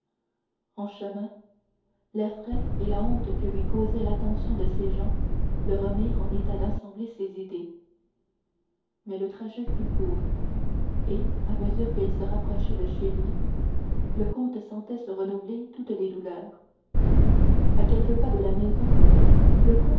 en chemin l'air frais et la honte que lui causait l'attention de ses gens le remirent en état d'assembler ses idées mais le trajet fut court et à mesure qu'il se rapprochait de chez lui le comte sentait se renouveler toutes ses douleurs à quelques pas de la maison le